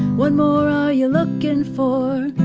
what more are you looking for?